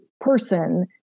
person